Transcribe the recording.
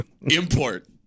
import